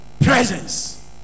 presence